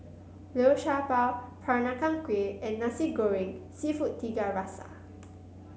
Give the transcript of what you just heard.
Liu Sha Bao Peranakan Kueh and Nasi Goreng seafood Tiga Rasa